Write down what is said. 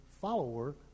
follower